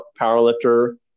powerlifter